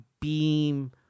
beam